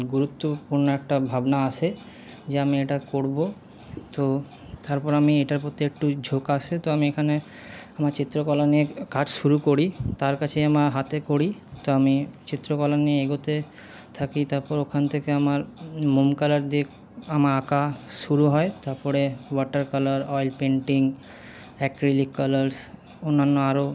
গুরুত্বপূর্ণ একটা ভাবনা আসে যে আমি এটা করবো তো তারপর আমি এটার প্রতি একটু ঝোঁক আসে তো আমি এখানে আমার চিত্রকলা নিয়ে কাজ শুরু করি তার কাছেই আমার হাতেখড়ি তো আমি চিত্রকলা নিয়ে এগোতে থাকি তারপর ওখান থেকে আমার মোম কালার দিয়ে আমার আঁকা শুরু হয় তারপরে water colour oil painting acrylic colours অন্যান্য আরও